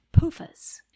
PUFAs